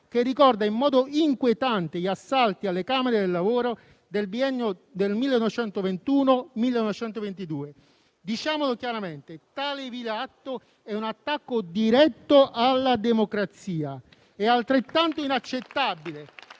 che ricorda in modo inquietante gli assalti alle camere del lavoro del biennio del 1921-1922. Diciamolo chiaramente: tale vile atto è un attacco diretto alla democrazia, e altrettanto inaccettabile